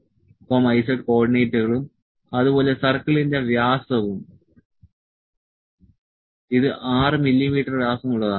അതിനാൽ X Y Z കോർഡിനേറ്റുകളും അതുപോലെ സർക്കിളിന്റെ വ്യാസവും ഇത് 6 മില്ലീമീറ്റർ വ്യാസമുള്ളതാണ്